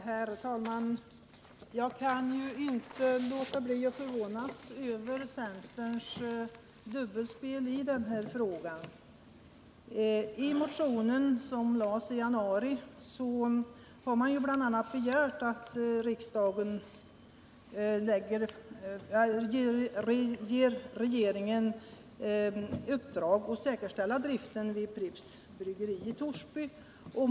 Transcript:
Herr talman! Jag kan inte låta bli att förvånas över centerns dubbelspel i den här frågan. I motion 1774, som väcktes i januari, har man bl.a. begärt att riksdagen skall ge regeringen i uppdrag att säkerställa driften vid Pripps bryggeri i Torsby.